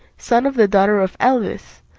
son of the daughter of eblis,